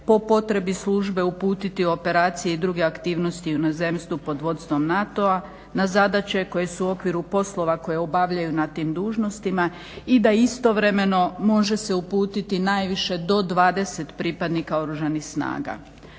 po potrebi službe uputiti operaciji i druge aktivnosti u inozemstvu pod vodstvom NATO-a na zadaće koje su u okviru poslova koje obavljaju na tim dužnostima i da istovremeno može se uputiti najviše do 20 pripadnika Oružanih snaga.